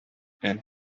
and